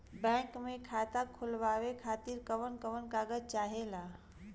Bank मे खाता खोलवावे खातिर कवन कवन कागज चाहेला?